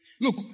Look